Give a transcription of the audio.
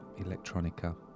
electronica